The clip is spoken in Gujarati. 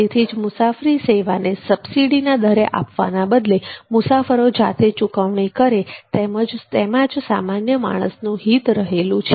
તેથી જ મુસાફરી સેવાને સબસીડીના દરે આપવાના બદલે મુસાફરો જાતે ચૂકવણી કરે તેમ જ સામાન્ય માણસનું હિત રહેલું છે